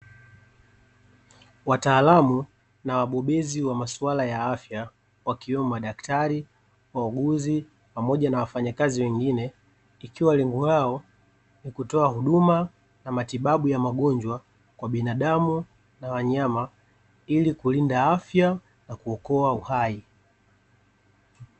Wataamu na wabobezi wa masuala ya afya wakiwemo madaktari, wauguzi pamoja na wafanyakazi wengine ikiwa lengo lao ni kutoa huduma na matibabu ya magonjwa kwa binadamu na wanyama, ili kulinda afya na kuokoa uhai.